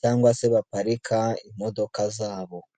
cyangwa se baparika imodoka zabo.